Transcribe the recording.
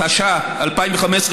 התשע"ה 2015,